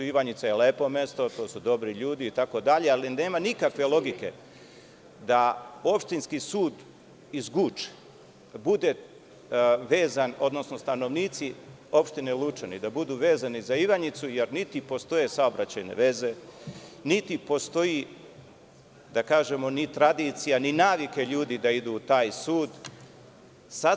Ivanjica je lepo mesto, tu su dobri ljudi, ali, nema nikakve logike da opštinski sud iz Guče bude vezan, odnosno stanovnici opštine Lučani da budu vezani za Ivanjicu, jer niti postoje saobraćajne veze, niti postoji tradicija, niti navika ljudi da idu u taj sud, itd.